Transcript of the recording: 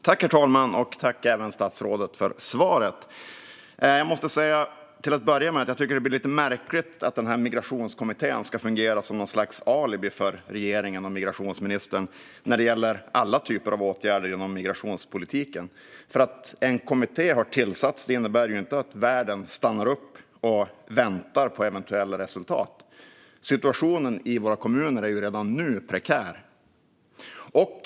Herr talman! Tack, statsrådet, för svaret! Jag måste till att börja med säga att den här migrationskommittén blir lite märklig. Det verkar som att den ska fungera som regeringens och migrationsministerns alibi för alla typer av åtgärder inom migrationspolitiken. Bara för att en kommitté har tillsatts innebär det inte att världen stannar upp och väntar på eventuella resultat. Situationen i kommunerna är redan nu prekär.